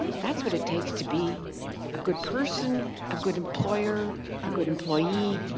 that's what it takes to be a good person, a good employer, a good employee,